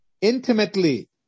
intimately